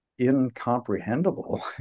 incomprehensible